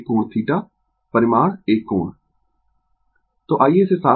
Refer Slide Time 2448 तो आइये इसे साफ करें